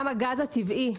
גם הגז הטבעי.